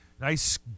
nice